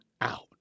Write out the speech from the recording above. out